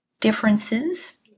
differences